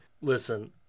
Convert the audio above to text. Listen